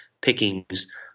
pickings